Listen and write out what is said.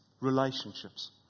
Relationships